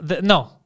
No